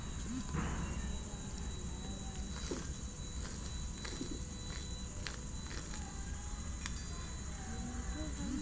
ಉಟ್ರಿಕ್ಯುಲಾರಿಯವು ಸಪೂರ ಜಲಸಸ್ಯಗಳ ಒಂದ್ ಜಾತಿ ಇದ್ರ ಎಲೆಗಳು ಪ್ಲಾವಕ ವಾಯು ಕೋಶವನ್ನು ಹೊಂದಿರ್ತ್ತವೆ